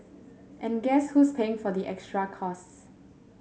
and guess who's paying for the extra costs